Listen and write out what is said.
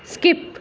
skip